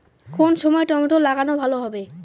কোন সময় টমেটো লাগালে ভালো হবে?